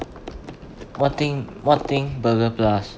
what thing what thing burger plus